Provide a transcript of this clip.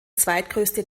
zweitgrößte